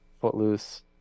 Footloose